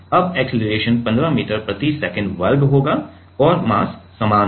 अब acceleration 15 metre प्रति second वर्ग होगा और मास समान है